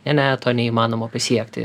ne ne to neįmanoma pasiekti